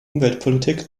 umweltpolitik